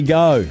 go